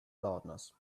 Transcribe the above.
loudness